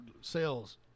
sales